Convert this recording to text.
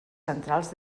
centrals